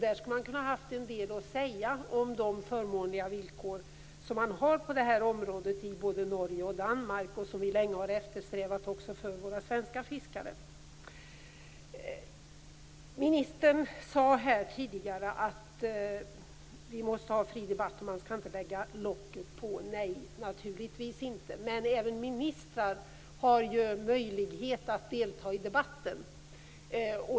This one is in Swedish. Det skulle ha funnits en del att säga om de förmånliga villkor som finns på området i Norge och Danmark. Vi har länge eftersträvat detta för våra svenska fiskare. Ministern sade här tidigare att vi måste ha en fri debatt och att man inte skall lägga locket på. Det skall man naturligtvis inte göra. Men även ministrar har möjlighet att delta i debatten.